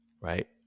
Right